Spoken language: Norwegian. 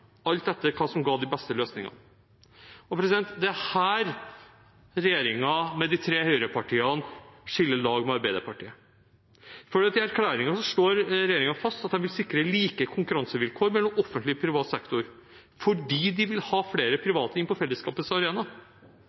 alt etter hva som ga de beste løsningene. Og det er her regjeringen med de tre høyrepartiene skiller lag med Arbeiderpartiet. I erklæringen slår regjeringen fast at de vil sikre like konkurransevilkår mellom offentlig og privat sektor, fordi de vil ha flere private inn på fellesskapets arena.